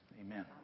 amen